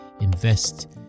invest